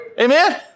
Amen